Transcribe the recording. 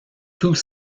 tous